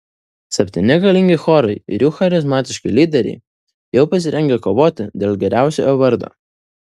septyni galingi chorai ir jų charizmatiški lyderiai jau pasirengę kovoti dėl geriausiojo vardo